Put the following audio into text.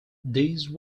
these